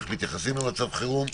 איך מתייחסים למצב חירום,